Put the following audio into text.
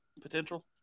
potential